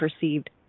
perceived